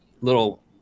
little